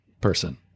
person